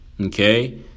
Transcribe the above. Okay